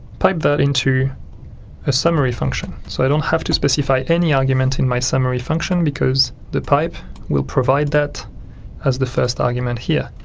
pipe that into a summary function. so i don't have to specify any argument in my summary function because the pipe will provide that as the first argument here.